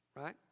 Right